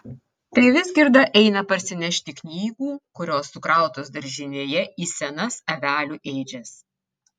tai vizgirda eina parsinešti knygų kurios sukrautos daržinėje į senas avelių ėdžias